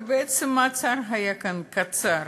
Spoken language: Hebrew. ובעצם, המעצר היה כאן קצר.